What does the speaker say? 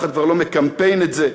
אף אחד כבר לא מקמפיין את זה,